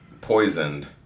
poisoned